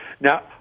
Now